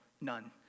None